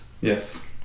Yes